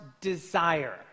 desire